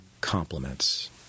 compliments